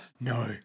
No